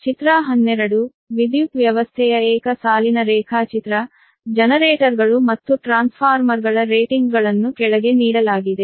ಆದ್ದರಿಂದ ಚಿತ್ರ 12 ವಿದ್ಯುತ್ ವ್ಯವಸ್ಥೆಯ ಏಕ ಸಾಲಿನ ರೇಖಾಚಿತ್ರ ಜನರೇಟರ್ಗಳು ಮತ್ತು ಟ್ರಾನ್ಸ್ಫಾರ್ಮರ್ಗಳ ರೇಟಿಂಗ್ಗಳನ್ನು ಕೆಳಗೆ ನೀಡಲಾಗಿದೆ